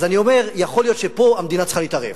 אז אני אומר: יכול להיות שפה המדינה צריכה להתערב,